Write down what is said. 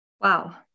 Wow